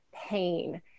pain